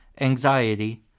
anxiety